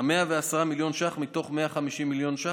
110 מיליון ש"ח מתוך 150 מיליון ש"ח,